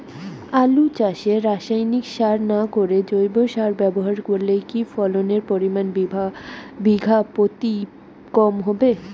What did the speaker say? আলু চাষে রাসায়নিক সার না করে জৈব সার ব্যবহার করলে কি ফলনের পরিমান বিঘা প্রতি কম হবে?